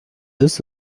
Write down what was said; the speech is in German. ist